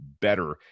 better